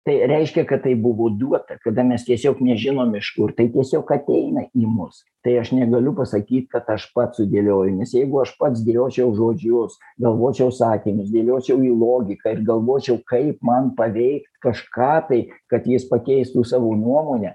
tai reiškia kad tai buvo duota kada mes tiesiog nežinom iš kur tai tiesiog ateina į mus tai aš negaliu pasakyt kad aš pats sudėlioju nes jeigu aš pats dėliočiau žodžius galvočiau sakinius dėliočiau į logiką ir galvočiau kaip man paveikt kažką tai kad jis pakeistų savo nuomonę